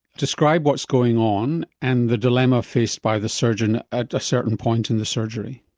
describe what's going on and the dilemma faced by the surgeon at a certain point in the surgery.